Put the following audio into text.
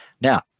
Now